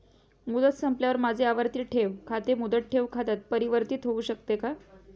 मुदत संपल्यावर माझे आवर्ती ठेव खाते मुदत ठेव खात्यात परिवर्तीत होऊ शकते का?